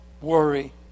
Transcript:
worry